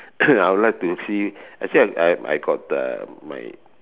I would like to see actually I I got the my